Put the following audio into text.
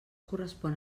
correspon